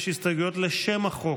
ויש הסתייגויות לשם החוק.